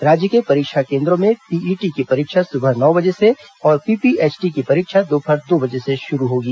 राज्य के परीक्षा केन्द्रों में पीईटी की परीक्षा सुबह नौ बजे से और पीपीएचटी की परीक्षा दोपहर दो बजे से शुरू होगी